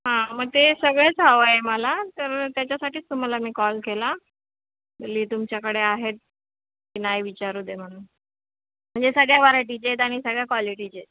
हां मग ते सगळंच हवं आहे मला तर त्याच्यासाठीच तुम्हाला मी कॉल केला बोलले तुमच्याकडे आहेत की नाही विचारू दे म्हणून म्हणजे सगळ्या व्हरायटीचे आहेत आणि सगळ्या कॉलिटीचे आहेत